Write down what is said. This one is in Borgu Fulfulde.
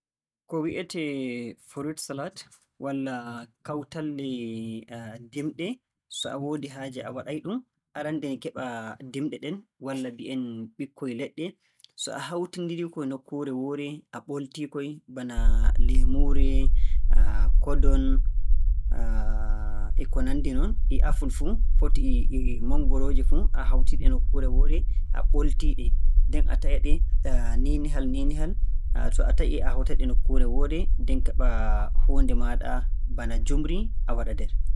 Ko wi'itee 'fruit salad' walla kawtalle dimɗe, so a woodi haaje a waɗay-ɗum. Arannde ni, keɓaa dimɗe ɗen walla mbi'en ɓikkoy leɗɗe, so a hawtindirii-koy nokkuure woore a ɓoltii-koy, bana leemuure, kodoŋ, e ko nanndi non, e apul fuu, foti e manngorooje fuu a hawti-ɗe nokkuure woore a ɓoltii-ɗe nden a taƴa-ɗe niinihal-niinihal, to a taƴi a hawta-ɗe nokkuure woore nden a heɓa huunde maaɗa bana njuumri a waɗa nder.